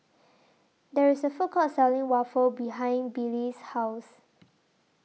There IS A Food Court Selling Waffle behind Billye's House